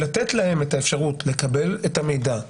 לתת להן את האפשרות לקבל את המידע,